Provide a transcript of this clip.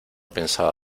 pensaba